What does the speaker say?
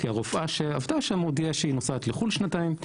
כי הרופאה שעבדה שם הודיעה שהיא נוסעת לחו"ל לשנתיים,